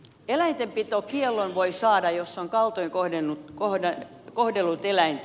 eläintenpitokiellon voi saada jos on kaltoin kohdellut eläintä